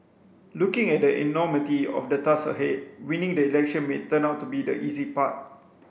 looking at the enormity of the tasks ahead winning the election may turn out to be the easy part